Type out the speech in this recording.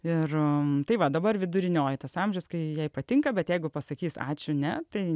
ir tai va dabar vidurinioji tas amžius kai jai patinka bet jeigu pasakys ačiū ne tai